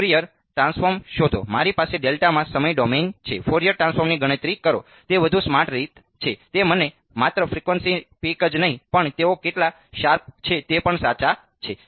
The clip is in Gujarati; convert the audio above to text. ફ્યુરિયર ટ્રાન્સફોર્મ શોધો મારી પાસે ડેલ્ટામાં સમય ડોમેન છે ફોરિયર ટ્રાન્સફોર્મ્સની ગણતરી કરો તે વધુ સ્માર્ટ રીત છે તે મને માત્ર ફ્રિકવન્સી પીક જ નહીં પણ તેઓ કેટલા શાર્પ છે તે પણ સાચા છે